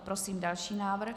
Prosím další návrh.